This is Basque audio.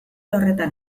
horretan